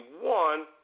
one